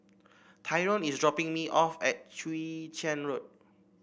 Tyrone is dropping me off at Chwee Chian Road